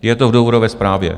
Je to v důvodové zprávě.